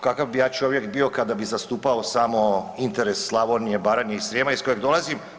Kakav bi ja čovjek bio kada bi zastupao samo interes Slavonije, Baranje i Srijema iz kojeg dolazim.